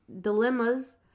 dilemmas